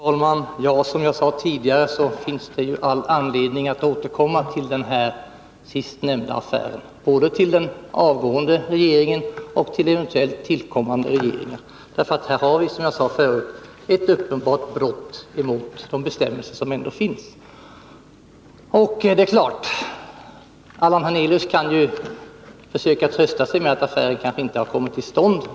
Fru talman! Som jag sade tidigare finns det all anledning att återkomma när det gäller den sistnämnda affären, både till den avgående regeringen och till kommande regeringar. Här har nämligen, som jag sade förut, ett uppenbart brott mot de bestämmelser som ändå finns begåtts. Allan Hernelius kan ju försöka trösta sig med att affären kanske inte har kommit till stånd.